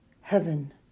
heaven